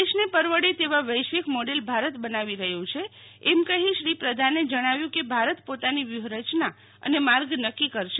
દેશને પરવડે તેવા વૈશ્વિક મોડેલ ભારત બનાવી રહ્યું છે એમ કહી શ્રી પ્રધાને જણાવ્યું કે ભારત પોતાની વયય્હરચના અને માર્ગ નક્કી કરશે